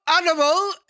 animal